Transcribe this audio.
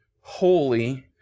holy